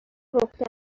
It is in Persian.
پخته